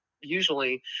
usually